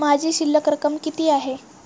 माझी शिल्लक रक्कम किती आहे?